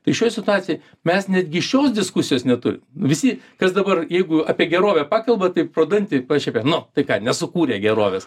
tai šioj situacijoj mes netgi šios diskusijos neturim visi kas dabar jeigu apie gerovę pakalba tai pro dantį pašiepia nu tai ką nesukūrė gerovės